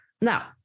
Now